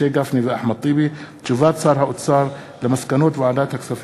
משה גפני ואחמד טיבי בנושא: אי-אכיפת חוק העסקת